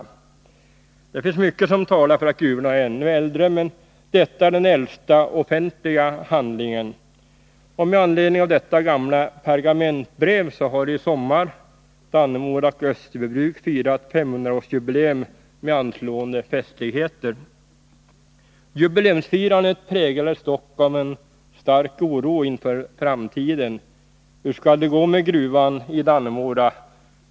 Det finns mycket som talar för att gruvorna är ännu äldre, men detta är den äldsta offentliga handlingen. Med anledning av detta gamla pergamentsbrev har i sommar Dannemora och Österbybruk firat 500-årsjubileum med anslående festligheter. Jubileumsfirandet präglades dock av en stark oro inför framtiden. Hur skall det gå med gruvan i Dannemora?